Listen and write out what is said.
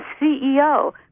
CEO